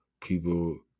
people